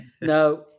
No